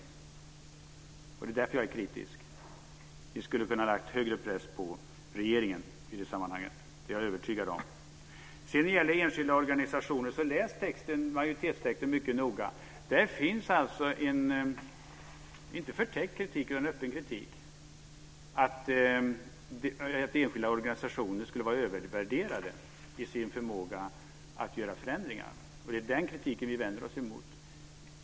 Det är därför som jag är kritisk. Ni skulle ha kunnat sätta större press på regeringen i det sammanhanget; det är jag övertygad om. När det gäller enskilda organisationer tycker jag att man ska läsa majoritetstexten mycket noga. Där finns en inte förtäckt utan öppen kritik som handlar om att enskilda organisationer skulle vara övervärderade när det gäller deras förmåga att göra förändringar. Det är den kritiken som vi vänder oss emot.